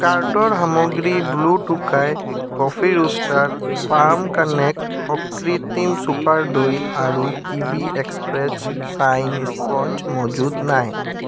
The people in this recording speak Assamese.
কাৰ্টৰ সামগ্ৰী blue Tokai coffee roaster farm connect অকৃত্ৰিম চুপাৰ দৈ আৰু কিৱি এক্সপ্ৰেছ শ্বাইন স্পঞ্জ মজুত নাই